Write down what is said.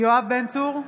יואב בן צור,